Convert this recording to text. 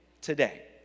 today